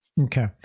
Okay